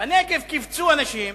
בנגב קיבצו אנשים,